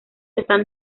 están